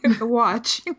Watch